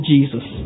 Jesus